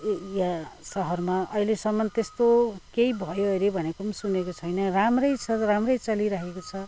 area सहरमा अहिलेसम्म त्यस्तो केही भयो अरे भनेको पनि सुनेको छैन राम्रै छ राम्रै चलिराखेको छ